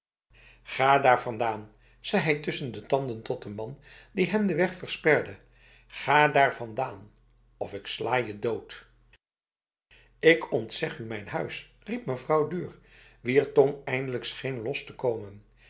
ga daar vandaan zei hij tussen de tanden tot de man die hem de weg versperde ga daar vandaan of ik sla je doodf ik ontzeg u mijn huis riep mevrouw duhr wier tong eindelijk scheen los te komen